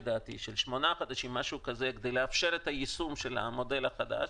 לדעתי של כשמונה חודשים כדי לאפשר את היישום של המודל החדש.